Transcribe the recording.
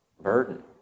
burden